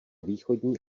východní